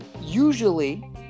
usually